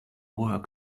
work